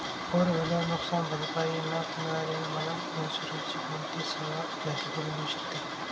Four wheeler नुकसानभरपाई न मिळाल्याने मला इन्शुरन्सची कोणती सेवा बँकेकडून मिळू शकते?